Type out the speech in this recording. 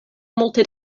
multe